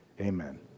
amen